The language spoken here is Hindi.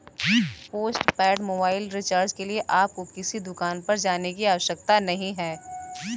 पोस्टपेड मोबाइल रिचार्ज के लिए आपको किसी दुकान पर जाने की आवश्यकता नहीं है